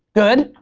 good.